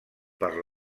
per